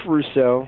Russo